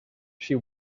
she